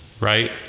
right